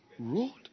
Road